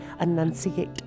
enunciate